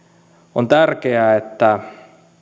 on tärkeää että